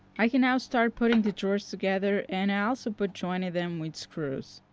i can now start putting the drawers together and i also butt jointed them with screws.